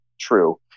true